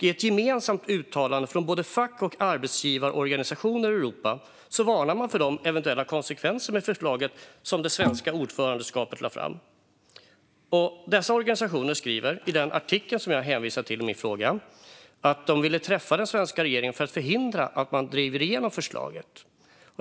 I ett gemensamt uttalande från både fack och arbetsgivarorganisationer i Europa varnar man för eventuella konsekvenser med förslaget som det svenska ordförandeskapet lade fram. Dessa organisationer skriver i den artikel som jag hänvisade till i min fråga att de ville träffa den svenska regeringen för att förhindra att man driver igenom förslaget.